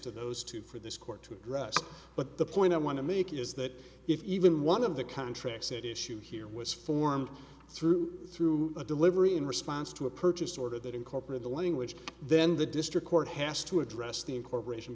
to those two for this court to address but the point i want to make is that if even one of the contracts it issue here was formed through through a delivery in response to a purchase order that incorporate the language then the district court has to address the incorporation